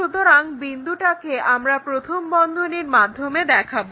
সুতরাং এই বিন্দুটাকে আমরা প্রথম বন্ধনীর মাধ্যমে দেখাবো